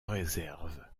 réserves